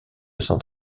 saint